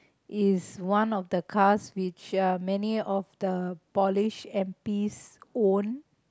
is one of the cars which are many of the polished and piece own